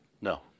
no